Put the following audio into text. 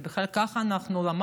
ובכלל כך למדנו,